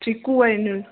चीकू आहिनि